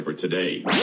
today